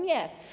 Nie.